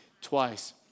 twice